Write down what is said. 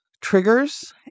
triggers